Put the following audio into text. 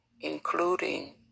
including